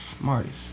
smartest